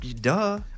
Duh